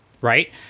Right